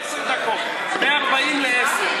עשר דקות, מ-40 ל-10.